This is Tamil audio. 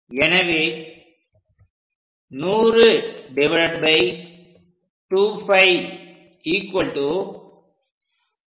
எனவே 100 2π 15